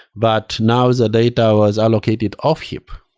but now the data was allocated off heap.